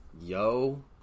Yo